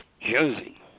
Josie